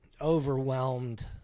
overwhelmed